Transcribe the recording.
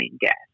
gas